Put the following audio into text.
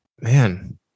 man